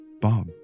Bob